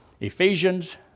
Ephesians